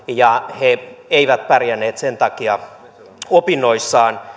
ja he eivät pärjänneet sen takia opinnoissaan